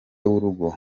w’urugo